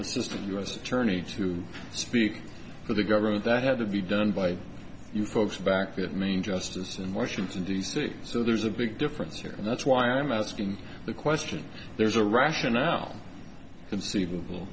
assistant u s attorney to speak for the government that had to be done by you folks back at main justice in washington d c so there's a big difference here and that's why i'm asking the question there's a rationale conceivable